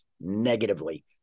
negatively